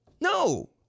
No